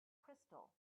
crystal